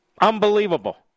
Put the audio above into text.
Unbelievable